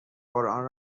قرآن